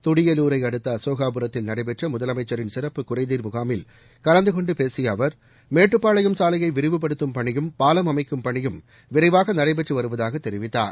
துடியலூரை அடுத்த அசோகாபுரத்தில் நடைபெற்ற முதலமைச்சரின் சிறப்பு குறைதீர் முகாமில் கலந்து கொண்டு பேசிய அவர் மேட்டுப்பாளையம் சாலையை விரிவுபடுத்தும் பணியும் பாவம் அமைக்கும் பணியும் விரைவாக நடைபெற்று வருவதாக தெரிவித்தார்